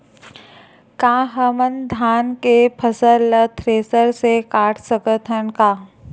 का हमन धान के फसल ला थ्रेसर से काट सकथन का?